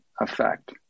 effect